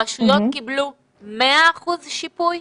הרשויות קיבלו 100 אחוזים שיפוי?